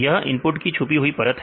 यह इनपुट की छुपी हुई परत है